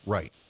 Right